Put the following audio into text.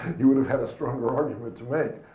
he would have had a stronger argument to make.